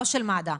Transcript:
לא של מד"א.